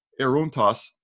eruntas